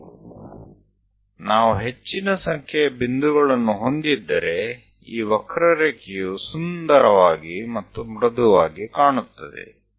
જો આપણી પાસે વધારે બિંદુઓ હોય તો વક્ર સરસ અને સરળ દેખાશે